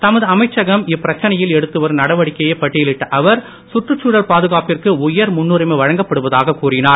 தமது அமைச்சகம் இப்பிரச்சனையில் எடுத்துவரும் நடவடிக்கையைப் பட்டியலிட்ட அவர் சுற்றுச்சூழல் பாதுகாப்பிற்கு உயர் முன்னுரிமை வழங்கப்படுவதாகக் கூறினார்